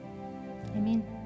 Amen